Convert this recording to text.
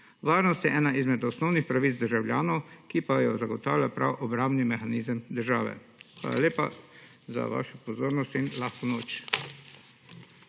Varnost je ena izmed osnovnih pravic državljanov, ki pa jo zagotavlja prav obrambni mehanizem države. Hvala lepa za vašo pozornost in lahko noč.